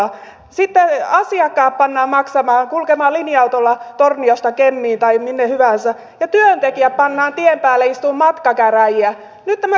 sitten asiakkaat pannaan maksamaan kulkemaan linja autolla torniosta kemiin tai minne hyvänsä ja työntekijä pannaan tien päälle istumaan matkakäräjiä